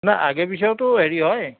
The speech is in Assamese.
নাই আগে পিছেওটো হেৰি হয়